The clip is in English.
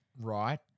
Right